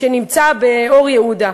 שנמצא באור-יהודה,